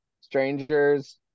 strangers